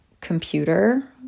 computer